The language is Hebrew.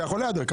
אתה יכול להיעדר.